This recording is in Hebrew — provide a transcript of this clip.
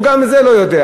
הציבור גם את זה לא יודע.